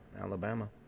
Alabama